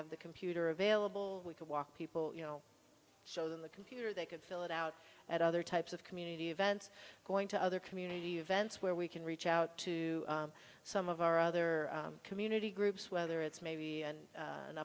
of the computer available we can walk people you know show them the computer they can fill it out at other types of community events going to other community events where we can reach out to some of our other community groups whether it's maybe and u